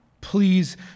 Please